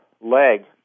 leg